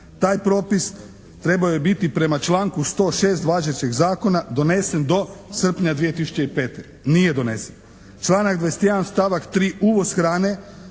Taj propisa trebao je biti prema članku 106. važećeg zakona donesen do srpnja 2005. Nije donesen. Članak 21. stavak 3. uvoz hrane,